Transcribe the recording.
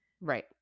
Right